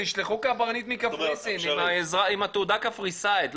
תשלחו קברניט מקפריסין עם תעודה קפריסאית.